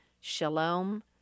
Shalom